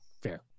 Fair